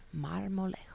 Marmolejo